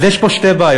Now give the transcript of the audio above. אז יש פה שתי בעיות.